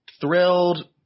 thrilled